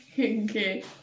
okay